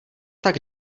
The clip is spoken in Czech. tak